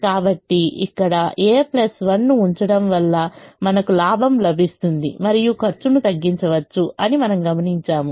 కాబట్టి ఇక్కడ a 1 ఉంచడం వల్ల మనకు లాభం లభిస్తుంది మరియు ఖర్చును తగ్గించవచ్చు అని మనం గమనించాము